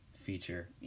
feature